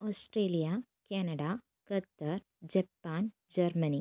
Australia Canada Qatar Japan Germany